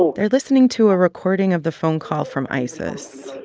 they're listening to a recording of the phone call from isis